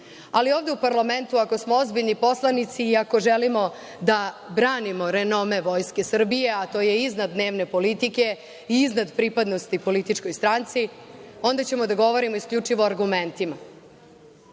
Ali, ovde u parlamentu, ako smo ozbiljni poslanici i ako želimo da branimo renome Vojske Srbije, a to je iznad dnevne politike i iznad pripadnosti političkoj stranci, onda ćemo da govorimo isključivo argumentima.